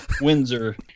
Windsor